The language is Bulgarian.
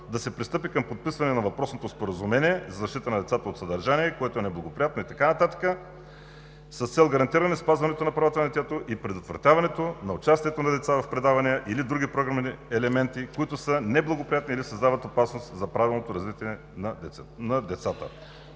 да се пристъпи към подписване на въпросното Споразумение за защита на децата от съдържание, което е неблагоприятно и така нататък, с цел гарантиране спазването на правата на детето и предотвратяването на участието на деца в предавания или други програмни елементи, които са неблагоприятни, или създават опасност за правилното развитие на децата.